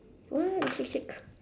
what you shake shake